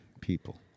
people